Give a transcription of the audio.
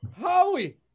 howie